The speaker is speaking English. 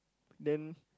then